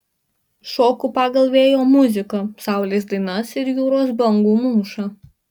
šoku pagal vėjo muziką saulės dainas ir jūros bangų mūšą